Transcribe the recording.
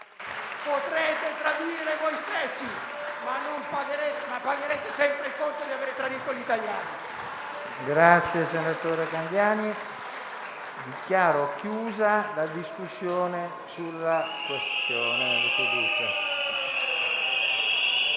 Potrete tradire voi stessi, ma pagherete sempre il conto di aver tradito gli italiani.